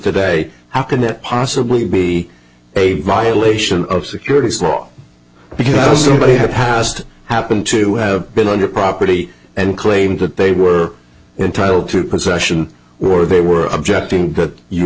today how can it possibly be a violation of securities law because somebody had passed happened to have been on your property and claimed that they were entitled to possession or they were objecting that you